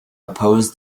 oppose